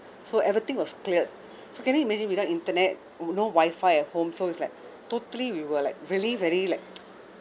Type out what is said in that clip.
so everything was cleared so can you imagine without internet no wifi at home so it's like totally we were like really very like